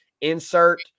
Insert –